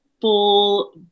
full